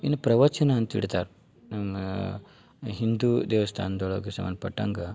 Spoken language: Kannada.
ಇನ್ನ ಪ್ರವಚನ ಅಂತ ಇಡ್ತಾರೆ ಇನ್ನ ಹಿಂದೂ ದೇವಸ್ಥಾನ್ದೊಳಗೆ ಸಂಬಂಧ್ಪಟ್ಟಂಗ